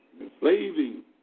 enslaving